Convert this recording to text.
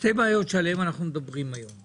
שתי בעיות עליהן אנחנו מדברים כאן היום.